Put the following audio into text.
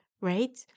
right